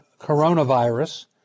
coronavirus